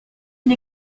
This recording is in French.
une